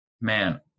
man